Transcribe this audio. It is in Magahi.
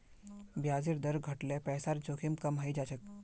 ब्याजेर दर घट ल पैसार जोखिम कम हइ जा छेक